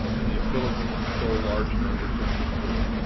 and the ability to control large numbers of people,